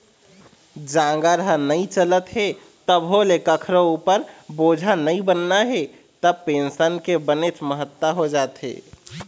जांगर ह नइ चलत हे तभो ले कखरो उपर बोझा नइ बनना हे त पेंसन के बनेच महत्ता हो जाथे